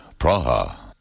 Praha